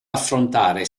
affrontare